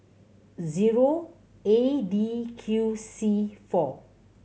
zero A D Q C four